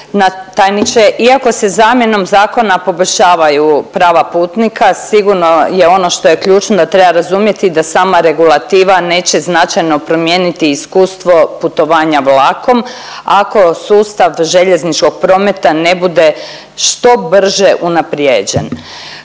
Iako se zamjenom zakona poboljšavaju prava putnika sigurno je ono što je ključno da treba razumjeti da sama regulativa neće značajno promijeniti iskustvo putovanja vlakom ako sustav željezničkog prometa ne bude što brže unaprijeđen.